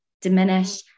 diminish